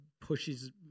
pushes